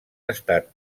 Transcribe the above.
estat